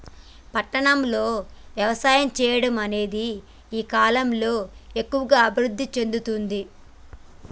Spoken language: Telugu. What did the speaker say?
పట్టణం లో వ్యవసాయం చెయ్యడం అనేది ఈ కలం లో ఎక్కువుగా అభివృద్ధి చెందుతుంది